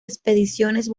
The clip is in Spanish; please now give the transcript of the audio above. expediciones